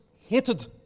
hated